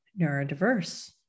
neurodiverse